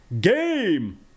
Game